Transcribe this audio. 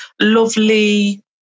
Lovely